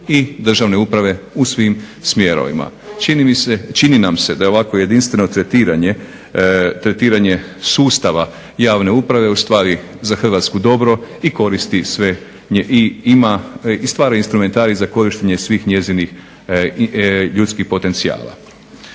i državne uprave u svim smjerovima. Čini nam se da je ovakvo jedinstveno tretiranje, tretiranje sustava javne uprave ustvari za Hrvatsku dobro i koristi sve, i ima i stvara instrumentarij za korištenje svih njezinih ljudskih potencijala.